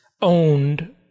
owned